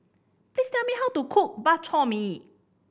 please tell me how to cook Bak Chor Mee